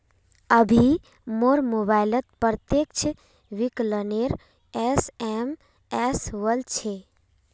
अभी मोर मोबाइलत प्रत्यक्ष विकलनेर एस.एम.एस वल छ